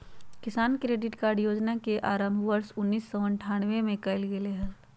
किसान credit card योजना के आरंभ वर्ष उन्नीसौ अठ्ठान्नबे में कइल गैले हल